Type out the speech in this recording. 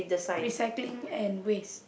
recycling and waste